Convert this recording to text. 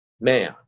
man